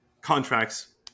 contracts